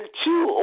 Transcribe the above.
two